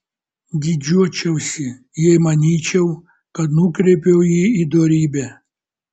didžiuočiausi jei manyčiau kad nukreipiau jį į dorybę